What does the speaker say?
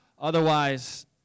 Otherwise